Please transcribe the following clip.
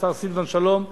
השר סילבן שלום,